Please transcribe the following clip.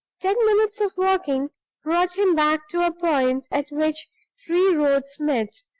ten minutes of walking brought him back to a point at which three roads met,